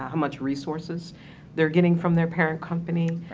how much resources they're getting from their parent company,